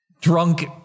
Drunk